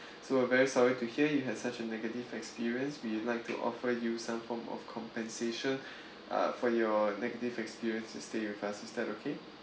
so we're very sorry to hear you had such a negative experience we'd like to offer you some form of compensation uh for your negative experience to stay with us is that okay